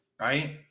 right